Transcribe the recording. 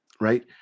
right